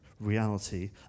reality